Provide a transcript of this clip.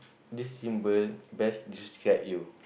this symbol best describe you